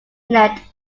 internet